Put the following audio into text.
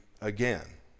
again